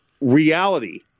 Reality